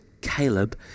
Caleb